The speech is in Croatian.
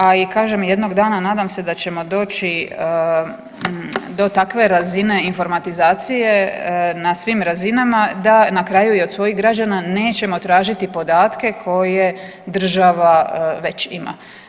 A i kažem jednog dana nadam se da ćemo doći do takve razine informatizacije na svim razinama da na kraju i od svojih građana nećemo tražiti podatke koje država već ima.